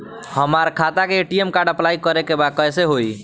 हमार खाता के ए.टी.एम कार्ड अप्लाई करे के बा कैसे होई?